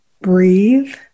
breathe